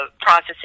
processing